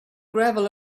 gravel